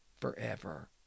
forever